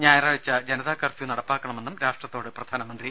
ഞായറാഴ്ച ജനതാ കർഫ്യു നടപ്പാക്കണമെന്നും രാഷ്ട്രത്തോട് പ്രധാനമന്ത്രി